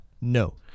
No